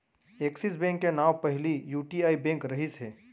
axis bank के नांव पहिली यूटीआई बेंक रहिस हे